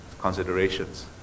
considerations